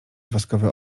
woskowy